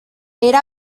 era